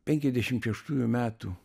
peniasdešim šeštųjų metų